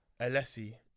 Alessi